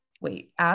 wait